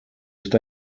ist